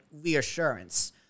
reassurance